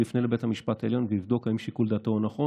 שיפנה לבית המשפט העליון ויבדוק אם שיקול דעתו הוא נכון.